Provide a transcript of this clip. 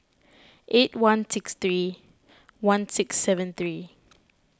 eight one six three one six seven three